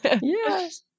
Yes